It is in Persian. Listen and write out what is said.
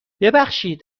ببخشید